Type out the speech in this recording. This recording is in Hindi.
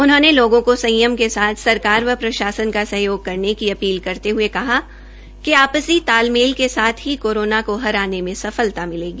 उन्होंने लोगों को संयम के साथ सरकार प्रशासन का सहयोग करने की अपील करते हये कहा कि आपसी तालमेल के साथ ही कोरोना को हराने में सफलता मिलेगी